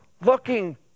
looking